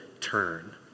turn